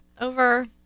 over